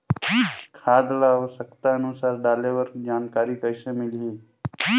खाद ल आवश्यकता अनुसार डाले बर जानकारी कइसे मिलही?